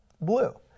blue